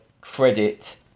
credit